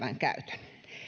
kestävä käyttö